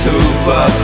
Super